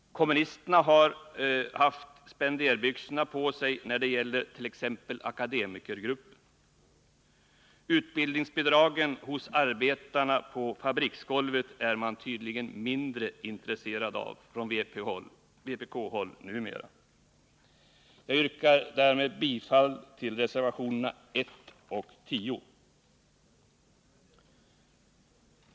Kommunisterna har ju haft spenderbyxorna på sig när det gäller t.ex. akademikergruppen. Utbildningsbehoven hos arbetarna på fabriksgolvet är man tydligen mindre intresserad av från vpk-håll numera. Jag yrkar därmed bifall till reservationerna nr 1 och 10.